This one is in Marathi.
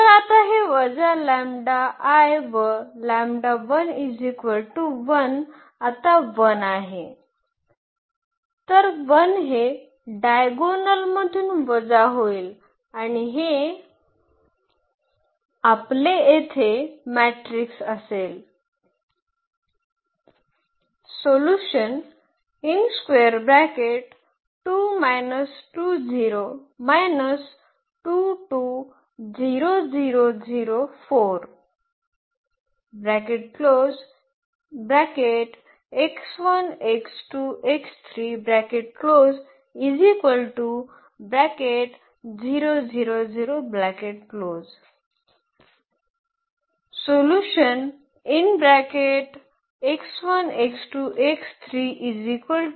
तर आता हे वजा व आता 1 आहे तर 1 हे डायगोनल मधून वजा होईल आणि हे आपले येथे मॅट्रिक्स असेल